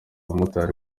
umumotari